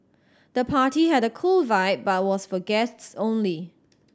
the party had a cool vibe but was for guests only